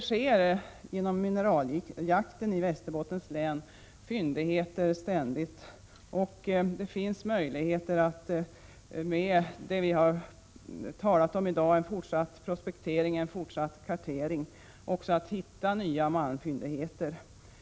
Under mineraljakten i Västerbottens län hittas ständigt fyndigheter, och det finns möjligheter att med det som vi har talat om i dag — en fortsatt prospektering och en fortsatt kartering — hitta nya malmfyndigheter.